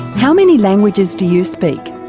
how many languages do you speak?